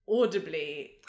audibly